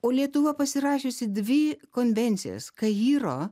o lietuva pasirašiusi dvi konvencijas kairo